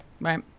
right